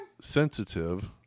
sensitive